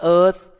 earth